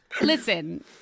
Listen